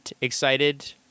excited